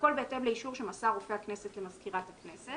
והכול בהתאם לאישור שמסר רופא הכנסת למזכירת הכנסת.